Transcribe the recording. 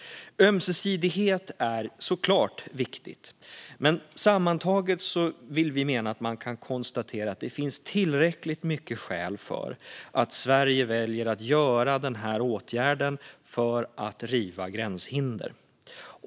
Ömsesidighet är såklart viktigt. Men sammantaget menar vi att det finns tillräckliga skäl för att Sverige ska välja att vidta åtgärden för att riva gränshinder.